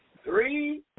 Three